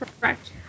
Correct